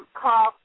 call